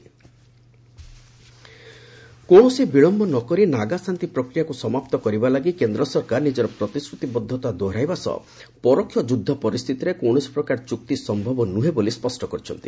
NAGA କୌଣସି ବିଳମ୍ଘ ନ କରି ନାଗା ଶାନ୍ତି ପ୍ରକ୍ରିୟାକୁ ସମାପ୍ତ କରିବା ଲାଗି କେନ୍ଦ୍ର ସରକାର ନିଜର ପ୍ରତିଶ୍ରୁତିବଦ୍ଧତା ଦୋହରାଇବା ସହ ପରୋକ୍ଷ ଯୁଦ୍ଧ ପରିସ୍ଥିତିରେ କୌଣସି ପ୍ରକାର ଚୁକ୍ତି ସମ୍ଭବ ନୁହେଁ ବୋଲି ସ୍ୱଷ୍ଟ କରିଛନ୍ତି